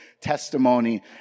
Testimony